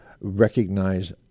recognize